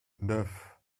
neuf